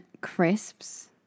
crisps